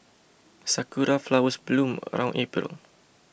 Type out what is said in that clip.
sakura flowers bloom around April